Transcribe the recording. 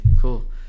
Cool